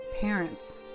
parents